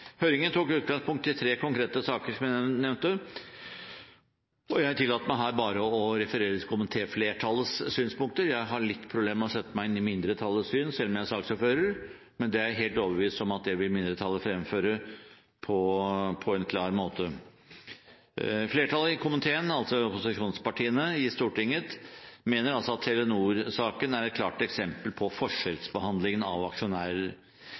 høringen. Høringen tok utgangspunkt i tre konkrete saker, som jeg nevnte, og jeg tillater meg å referere bare komitéflertallets synspunkter. Jeg har litt problemer med å sette meg inn i mindretallets syn, selv om jeg er saksordfører, men det er jeg helt overbevist om at mindretallet vil fremføre på en klar måte. Flertallet i komiteen, altså opposisjonspartiene i Stortinget, mener at Telenor-saken er et klart eksempel på forskjellsbehandling av aksjonærer.